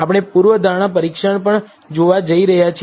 આપણે પૂર્વધારણા પરીક્ષણ પણ જોવા જઈ રહ્યા છીએ